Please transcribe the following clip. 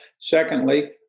Secondly